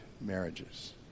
marriages